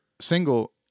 single